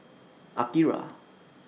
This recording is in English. Akira